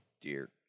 dear